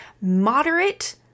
moderate